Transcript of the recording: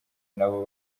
n’abo